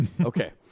Okay